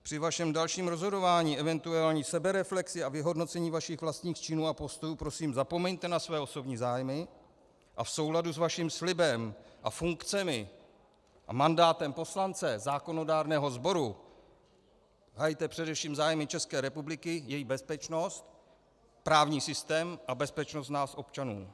Při vašem dalším rozhodování, eventuální sebereflexi a vyhodnocení vašich vlastních činů a postojů prosím zapomeňte na své osobní zájmy a v souladu s vaším slibem a funkcemi a mandátem poslance zákonodárného sboru hajte především zájmy České republiky, její bezpečnost, právní systém a bezpečnost nás občanů.